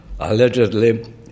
Allegedly